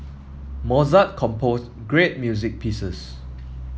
Mozart composed great music pieces